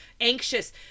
anxious